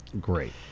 Great